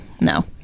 No